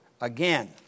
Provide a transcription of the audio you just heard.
Again